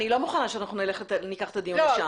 אני לא מוכנה שאנחנו ניקח את הדיון לשם,